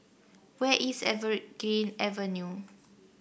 where is Evergreen Avenue